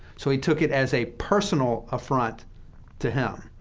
so he took it as a personal affront to him,